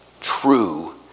true